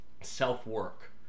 self-work